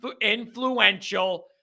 influential